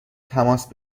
تماس